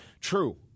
true